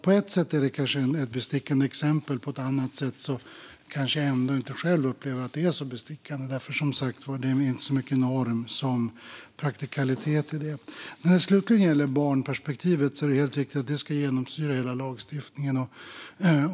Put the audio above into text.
På ett sätt är det kanske ett bestickande exempel, men på ett annat sätt upplever jag nog ändå inte själv att det är så bestickande eftersom det som sagt var inte är så mycket norm som praktikalitet i detta. När det slutligen gäller barnperspektivet är det helt riktigt att det ska genomsyra hela lagstiftningen.